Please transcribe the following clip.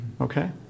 Okay